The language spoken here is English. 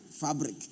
Fabric